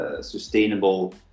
Sustainable